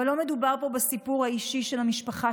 אבל לא מדובר פה בסיפור האישי של המשפחה